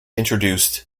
introduced